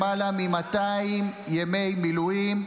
אפילו למעלה מ-200 ימי מילואים,